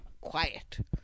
quiet